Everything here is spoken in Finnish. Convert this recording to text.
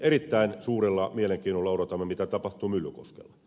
erittäin suurella mielenkiinnolla odotamme mitä tapahtuu myllykoskella